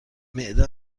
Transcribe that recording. معده